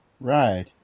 Right